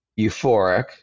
euphoric